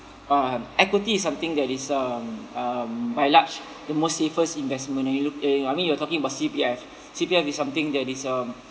um equity is something that is um um by large the most safest investment and you look eh I mean you're talking about C_P_F C_P_F is something that is um